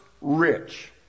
rich